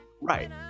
right